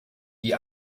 die